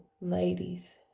Ladies